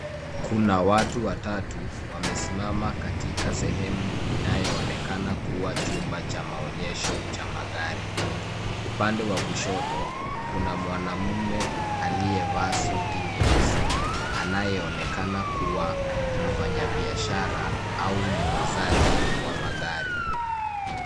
Kuna watu watatu, wamesimama katika sehemu inayoonekana kuwa chumba cha maonyesho cha magari. Upande wa kushoto kuna mwanaume aliyevaa suti nyeusi, anayeonekana kuwa mfanyabiashara au muuzaji wa magari.